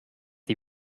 die